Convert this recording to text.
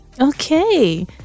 Okay